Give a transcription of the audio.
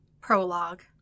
Prologue